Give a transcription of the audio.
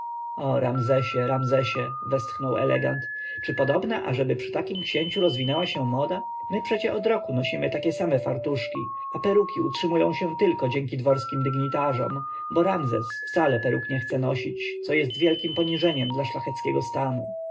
zdolności o ramzesie ramzesie westchnął elegant czy podobna aby przy takim księciu rozwinęła się moda my przecie od roku nosimy takie same fartuszki a peruki utrzymują się tylko dzięki dworskim dygnitarzom bo ramzes wcale peruk nie chce nosić co jest wielkiem poniżeniem dla szlacheckiego stanu